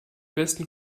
besten